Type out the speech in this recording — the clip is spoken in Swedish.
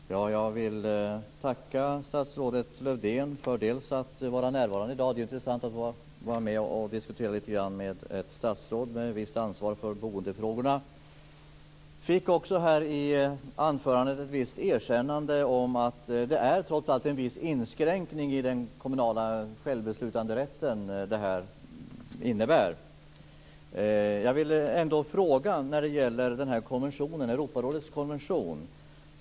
Fru talman! Jag vill tacka statsrådet Lövdén för att han är närvarande i dag. Det är ju intressant att få vara med och diskutera med ett statsråd med visst ansvar för boendefrågorna. Vi fick också i anförandet ett visst erkännande om att detta trots allt innebär en viss inskränkning i den kommunala självbeslutanderätten. Jag vill ändå ställa en fråga om Europarådets konvention.